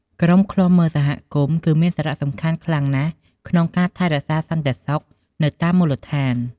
ក្រុមឃ្លាំមើលសហគមន៍ គឺមានសារៈសំខាន់ខ្លាំងណាស់ក្នុងការថែរក្សាសន្តិសុខនៅតាមមូលដ្ឋាន។